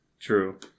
true